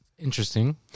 interesting